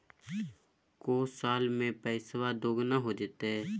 को साल में पैसबा दुगना हो जयते?